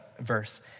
verse